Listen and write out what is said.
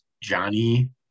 Johnny